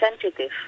sensitive